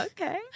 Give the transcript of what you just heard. Okay